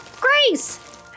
Grace